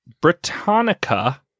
Britannica